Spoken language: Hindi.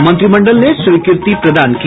मंत्रिमंडल ने स्वीकृति प्रदान की